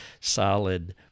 solid